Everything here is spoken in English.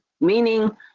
meaning